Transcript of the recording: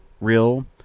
real